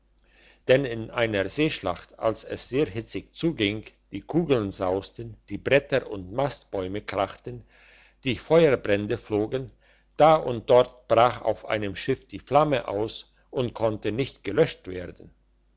denn in einer seeschlacht als es sehr hitzig zuging die kugeln sausten die bretter und mastbäume krachten die feuerbrände flogen da und dort brach auf einem schiff die flamme aus und konnte nicht gelöscht werden